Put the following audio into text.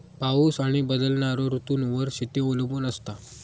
पाऊस आणि बदलणारो ऋतूंवर शेती अवलंबून असता